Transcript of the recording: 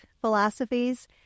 philosophies